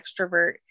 extrovert